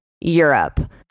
Europe